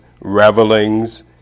revelings